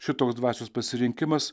šitoks dvasios pasirinkimas